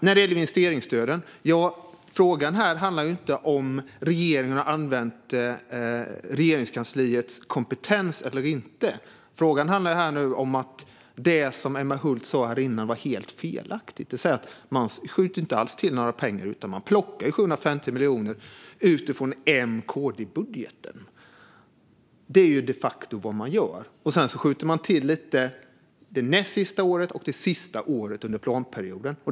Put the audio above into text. När det gäller investeringsstöden handlar frågan här inte om huruvida regeringen har använt Regeringskansliets kompetens eller inte utan om att det som Emma Hult sa tidigare är helt felaktigt. Man skjuter inte alls till några pengar, utan man plockar 750 miljoner utifrån M-KD-budgeten. Detta är de facto vad man gör. Sedan skjuter man till lite det näst sista året och det sista året under planperioden.